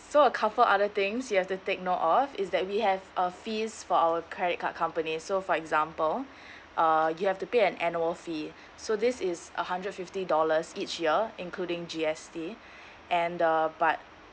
so a couple other things you have to take note of is that we have uh fees for our credit card companies so for example uh you have to pay an annual fee so this is a hundred fifty dollars each year including G_S_T and uh but